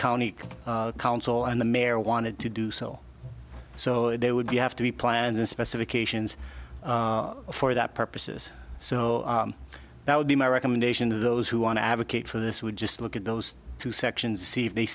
county council and the mayor wanted to do so so they would be have to be plans and specifications for that purposes so that would be my recommendation to those who want to advocate for this would just look at those two sections to see if they